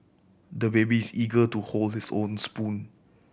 the baby is eager to hold his own spoon